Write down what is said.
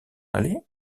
aller